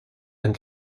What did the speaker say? and